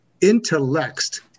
intellect